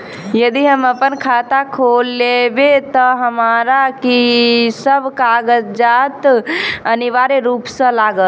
यदि हम अप्पन खाता खोलेबै तऽ हमरा की सब कागजात अनिवार्य रूप सँ लागत?